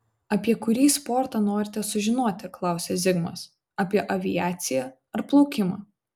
apie kurį sportą norite sužinoti klausia zigmas apie aviaciją ar plaukimą